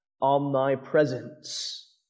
omnipresence